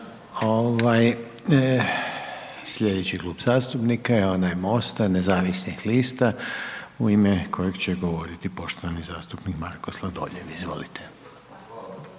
Sljedeći klub zastupnika je onaj Nezavisne liste mladih u ime kojeg će govoriti poštovani zastupnik Tomislav Panenić. Izvolite.